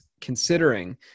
considering